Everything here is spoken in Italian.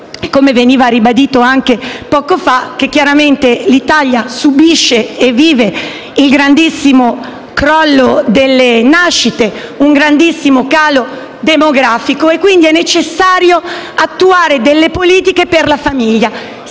come veniva ribadito anche poco fa, che l'Italia sta subendo e vivendo il grandissimo crollo delle nascite, un grandissimo calo demografico e che, quindi, è necessario attuare delle politiche per la famiglia.